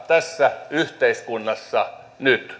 tässä yhteiskunnassa nyt